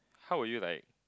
how will you like